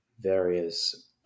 various